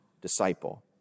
disciple